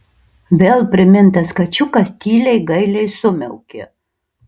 vėl primintas kačiukas tyliai gailiai sumiaukė